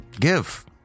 give